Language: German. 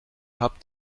habt